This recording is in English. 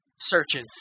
searches